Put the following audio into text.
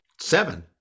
Seven